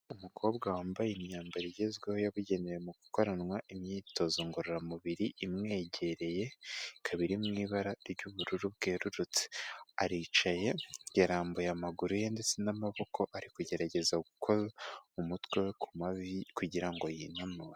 Umukobwa wambaye imyambaro igezweho yabugenewe mu gukoranwa imyitozo ngororamubiri imwegereye, ikaba iri mu ibara ry'ubururu bwerurutse, aricaye yarambuye amaguru ye ndetse n'amaboko ari kugerageza gukoza umutwe ku mavi kugira ngo yinanure.